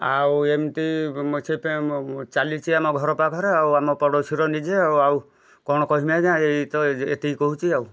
ଆଉ ଏମତି ସେଇଥି ପାଇଁ ଚାଲିଛି ଆମ ଘର ପାଖରେ ଆଉ ଆମ ପଡ଼ୋଶୀର ନିଜେ ଆଉ କଣ କହିମି ଆଜ୍ଞା ଏଇତ ଏତିକି କହୁଛି ଆଉ